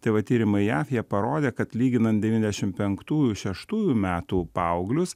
tai va tyrimai jav jie parodė kad lyginant devyndešim penktųjų šeštųjų metų paauglius